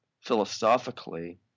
philosophically